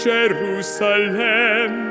Jerusalem